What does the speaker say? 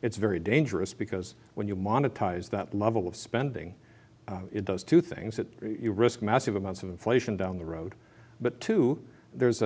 it's very dangerous because when you monetize that level of spending it does two things that you risk massive amounts of inflation down the road but two there's